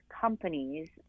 companies